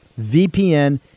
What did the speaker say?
VPN